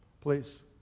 please